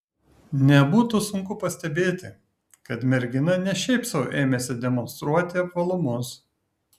nebūtų sunku pastebėti kad mergina ne šiaip sau ėmėsi demonstruoti apvalumus